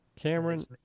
Cameron